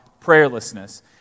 prayerlessness